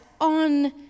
on